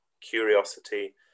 curiosity